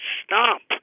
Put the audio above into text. stop